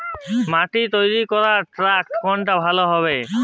মাটি তৈরি করার ট্রাক্টর কোনটা ভালো হবে?